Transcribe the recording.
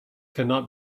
cannot